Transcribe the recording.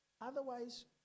Otherwise